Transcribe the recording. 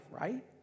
Right